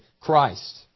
Christ